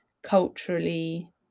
Culturally